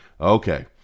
Okay